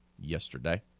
yesterday